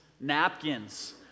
napkins